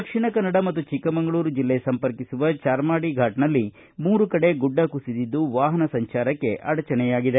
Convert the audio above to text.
ದಕ್ಷಿಣ ಕನ್ನಡ ಮತ್ತು ಚಿಕ್ಕಮಗಳೂರು ಜಿಲ್ಲೆ ಸಂಪರ್ಕಿಸುವ ಚಾರ್ಮಾಡಿ ಫಾಟ್ ನಲ್ಲಿ ಮೂರು ಕಡೆ ಗುಡ್ಡ ಕುಸಿದಿದ್ದು ವಾಹನ ಸಂಚಾರಕ್ಕೆ ಅಡಚಣೆಯಾಗಿದೆ